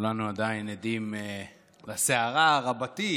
כולנו עדיין עדים לסערה רבתי